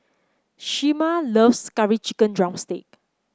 Shemar loves Curry Chicken drumstick